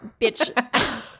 bitch